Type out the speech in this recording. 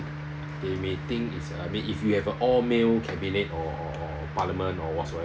they may think it's I mean if you have an all male cabinet or or or parliament or whatsoever